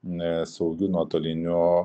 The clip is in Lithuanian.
saugiu nuotoliniu